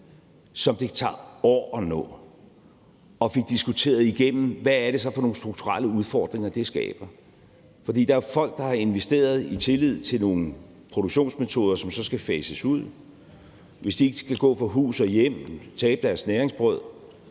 som det tager år at nå, og fik diskuteret igennem, hvad det så er for nogle strukturelle udfordringer det skaber. For der er jo folk, der har investeret i tillid til nogle produktionsmetoder, som så skal fases ud, og hvis de ikke skal gå fra hus og hjem, tabe deres næringsbrød,